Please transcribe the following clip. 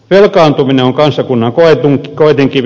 velkaantuminen on kansakunnan koetinkivi